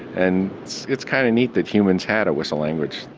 and it's kind of neat that humans had a whistle language.